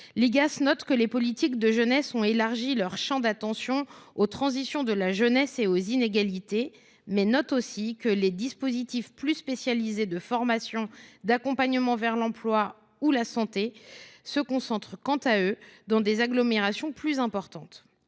L’Igas note que les politiques en faveur de la jeunesse ont « élargi leur champ d’attention aux transitions de la jeunesse et aux inégalités », mais observe également que « les dispositifs plus spécialisés de formation, d’accompagnement vers l’emploi ou de santé […] se concentrent quant à eux dans des agglomérations plus importantes